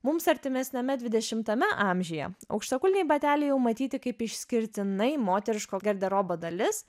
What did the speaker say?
mums artimesniame dvidešimame amžiuje aukštakulniai bateliai jau matyti kaip išskirtinai moteriško garderobo dalis